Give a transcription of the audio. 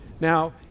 Now